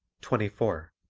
twenty four.